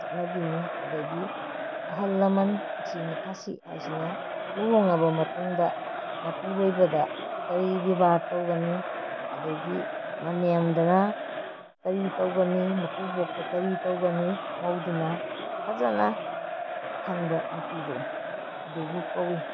ꯆꯠꯅꯕꯤꯅꯤ ꯑꯗꯒꯤ ꯑꯍꯜ ꯂꯃꯟ ꯊꯛꯁꯤ ꯈꯥꯁꯤ ꯍꯥꯏꯕꯁꯤꯅ ꯂꯨꯍꯣꯡꯂꯕ ꯃꯇꯨꯡꯗ ꯃꯄꯨꯔꯣꯏꯕꯗ ꯀꯔꯤ ꯕꯦꯕꯥꯔ ꯇꯧꯒꯅꯤ ꯑꯗꯒꯤ ꯃꯅꯦꯝꯗꯅ ꯀꯔꯤ ꯇꯧꯒꯅꯤ ꯃꯀꯨꯕꯣꯛꯇ ꯀꯔꯤ ꯇꯧꯒꯅꯤ ꯃꯧꯗꯨꯅ ꯐꯖꯅ ꯈꯪꯕ ꯅꯨꯄꯤꯗꯣ ꯑꯗꯨꯕꯨ ꯀꯧꯏ